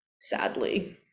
sadly